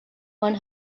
one